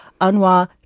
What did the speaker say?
Anwa